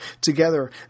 Together